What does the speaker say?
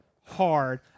hard